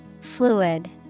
Fluid